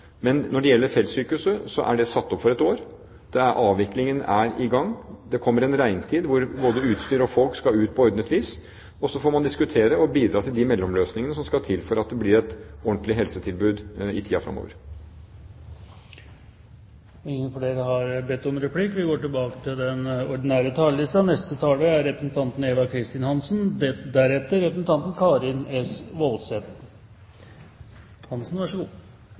Men når det gjelder feltsykehuset, så er det satt opp for ett år, og avviklingen er i gang. Det kommer en regntid, og både utstyr og folk skal ut på ordnet vis. Så får man diskutere og bidra til de mellomløsningene som skal til for at det blir et ordentlig helsetilbud i tiden fremover. Replikkordskiftet er over. Først har også jeg lyst til å takke utenriksministeren for en veldig god og grundig redegjørelse. Den ga en veldig god oversikt over de